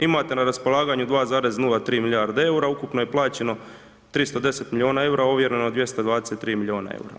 Imate na raspolaganju 2,03 milijarde eura, ukupno je plaćeno 310 milijuna eura, ovjereno je 223 milijuna eura.